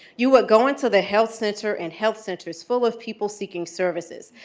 you would go into the health center and health centers full of people seeking services,